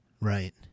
Right